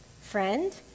Friend